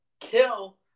Kill